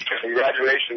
Congratulations